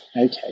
Okay